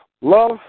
love